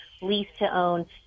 lease-to-own